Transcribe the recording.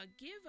give